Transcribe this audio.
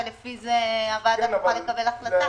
ולפי זה הוועדה תוכל לקבל החלטה.